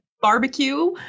barbecue